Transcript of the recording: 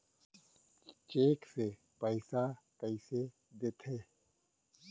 Cheque से पइसा कइसे देथे?